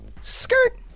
Skirt